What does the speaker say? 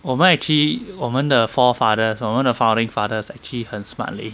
我们 actually 我们的 forefathers 我们的 founding fathers actually 很 smart leh